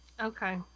Okay